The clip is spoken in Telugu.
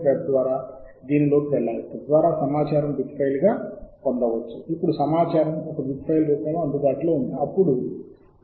బిబ్ ఫైల్ను XML ఫైల్గా మార్చడానికి JabRef సాఫ్ట్వేర్ను కూడా వాడండి మీ వ్యాసాన్ని సృష్టించడానికి మైక్రోసాఫ్ట్ ఆఫీస్ లో వీటిని ఉపయోగించవచ్చు